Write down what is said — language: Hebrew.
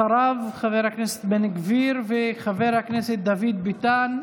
אחריו, חבר הכנסת בן גביר וחבר הכנסת דוד ביטן,